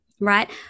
right